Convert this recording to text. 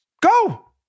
Go